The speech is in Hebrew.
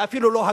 ואפילו לא הגון.